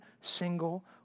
single